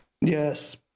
Yes